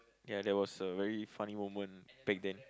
ya that was a very funny moment back then